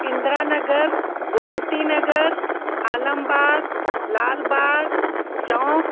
Indranagar Gomtinagar Alambagh Lalbagh Chowk